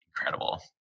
incredible